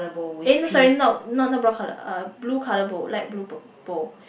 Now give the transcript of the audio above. eh no sorry not not brown colour uh blue colour bowl light blue purple